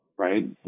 right